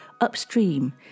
upstream